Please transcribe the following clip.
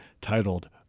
titled